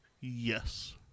Yes